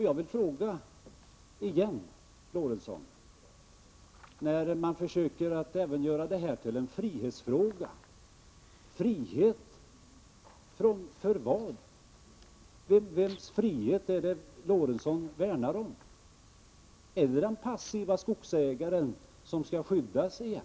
Jag vill fråga Lorentzon igen, när han försöker att göra även denna fråga till en frihetsfråga: Frihet för vad? Vems frihet är det som Lorentzon vill värna om? Är det den passiva skogsägaren som skall skyddas igen?